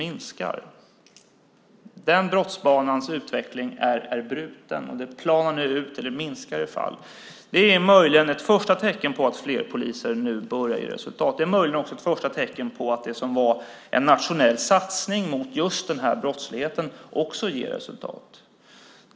Utvecklingen beträffande den brottsbanan är bruten. Det planar ut, eller minskar i alla fall, i det avseendet. Möjligen är det ett första tecken på att fler poliser nu börjar ge resultat och möjligen även ett första tecken på att det som var en nationell satsning mot just den här brottsligheten också ger resultat.